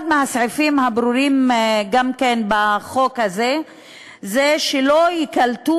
אחד הסעיפים הברורים בחוק הזה הוא שלא ייקלטו